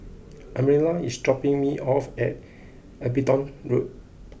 Amira is dropping me off at Abingdon Road